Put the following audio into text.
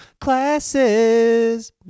classes